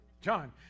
John